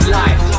life